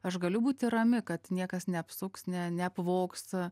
aš galiu būti rami kad niekas neapsuks ne neapvogs